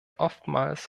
oftmals